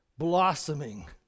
Blossoming